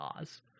Oz